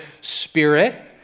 Spirit